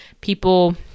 people